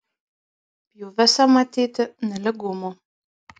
pjūviuose matyti nelygumų